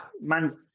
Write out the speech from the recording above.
Man